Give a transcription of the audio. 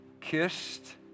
kissed